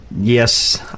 Yes